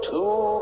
Two